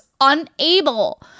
unable